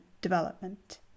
development